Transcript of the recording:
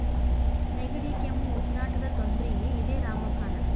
ನೆಗಡಿ, ಕೆಮ್ಮು, ಉಸಿರಾಟದ ತೊಂದ್ರಿಗೆ ಇದ ರಾಮ ಬಾಣ